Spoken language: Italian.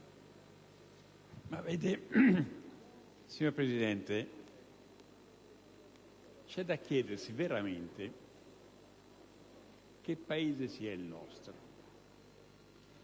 *(PD)*. Signora Presidente, c'è da chiedersi veramente che Paese sia il nostro.